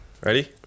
Ready